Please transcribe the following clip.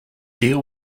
deal